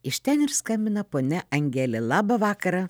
iš ten ir skambina ponia angelė labą vakarą